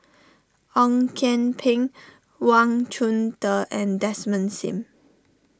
Ong Kian Peng Wang Chunde and Desmond Sim